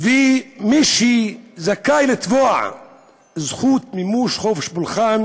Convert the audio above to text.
ומי שזכאי לתבוע זכות מימוש חופש פולחן